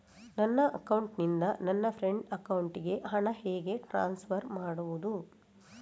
ನನ್ನ ಅಕೌಂಟಿನಿಂದ ನನ್ನ ಫ್ರೆಂಡ್ ಅಕೌಂಟಿಗೆ ಹಣ ಹೇಗೆ ಟ್ರಾನ್ಸ್ಫರ್ ಮಾಡುವುದು?